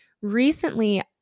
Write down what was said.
recently